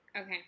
Okay